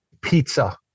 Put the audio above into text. Pizza